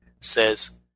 says